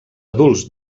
adults